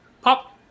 pop